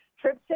trips